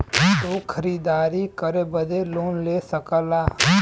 तू खरीदारी करे बदे लोन ले सकला